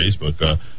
Facebook